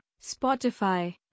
Spotify